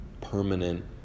permanent